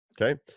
Okay